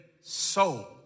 soul